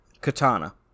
Katana